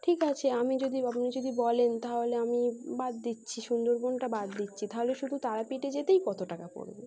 ঠিক আছে আমি যদি আপনি যদি বলেন তাহলে আমি বাদ দিচ্ছি সুন্দরবনটা বাদ দিচ্ছি তাহলে শুধু তারাপীঠে যেতেই কত টাকা পড়বে